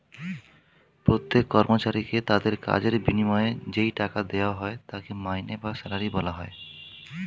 প্রত্যেক কর্মচারীকে তাদের কাজের বিনিময়ে যেই টাকা দেওয়া হয় তাকে মাইনে বা স্যালারি বলা হয়